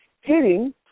hitting